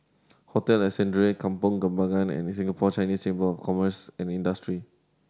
Hotel Ascendere Kampong Kembangan and Singapore Chinese Chamber of Commerce and Industry